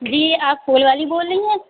جی آپ پھول والی بول رہی ہیں